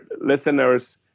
listeners